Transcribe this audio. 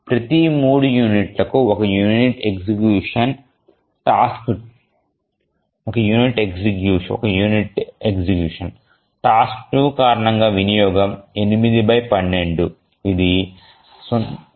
ప్రతి 3 యూనిట్లకు 1 unit execution task 2 కారణంగా వినియోగం 812 ఇది 0